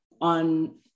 on